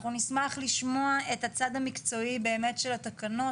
אנחנו נשמח לשמוע את הצד המקצועי של התקנות,